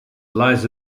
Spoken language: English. lies